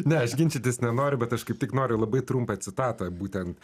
ne aš ginčytis nenoriu bet aš kaip tik noriu labai trumpą citatą būtent